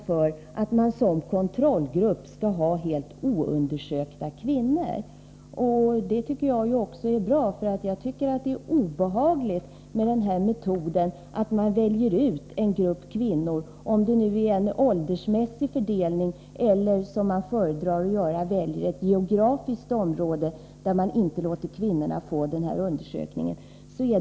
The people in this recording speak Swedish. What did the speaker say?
Därmed minskar riskerna för att helt oundersökta kvinnor utgör en kontrollgrupp. Det är bra, för det är obehagligt med denna metod att välja ut en grupp kvinnor, vare sig det sker genom en åldersmässig fördelning eller genom en geografisk fördelning, där man inte låter kvinnorna i ett område få göra denna undersökning.